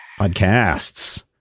Podcasts